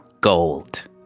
gold